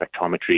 spectrometry